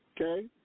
okay